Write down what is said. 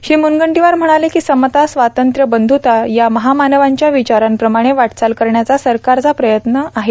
श्री मुनगंटीवार म्हणाले की समता स्वातंत्र्य बंधुता या महामानवांच्या विचारांप्रमाणं वाटचाल करण्याचा सरकार प्रयत्न करीत आहे